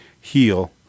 heal